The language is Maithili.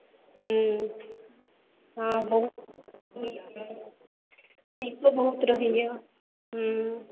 हँ हँ बहुत नीक बहुत रहैए हँ हँ